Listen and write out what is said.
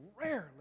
rarely